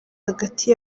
hagati